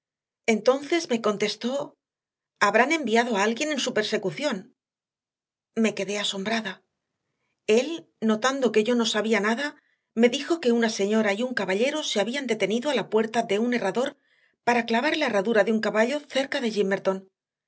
entonces me contestó habrán enviado a alguien en su persecución me quedé asombrada él notando que yo no sabía nada me dijo que una señora y un caballero se habían detenido a la puerta de un herrador para clavar la herradura de un caballo cerca de